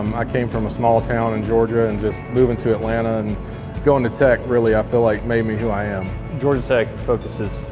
um i came from a small town in georgia and moving to atlanta and going to tech, really i feel like made me who i am. georgia tech focuses,